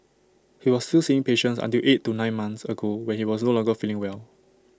he was still seeing patients until eight to nine months ago when he was no longer feeling well